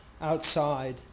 outside